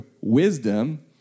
wisdom